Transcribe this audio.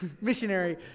Missionary